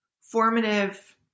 formative